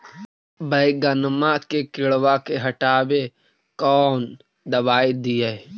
बैगनमा के किड़बा के हटाबे कौन दवाई दीए?